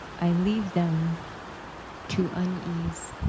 i leave them to unease.